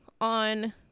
on